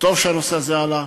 טוב שהנושא הזה עלה,